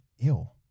ill